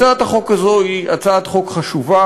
הצעת החוק הזאת היא הצעת חוק חשובה.